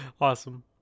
awesome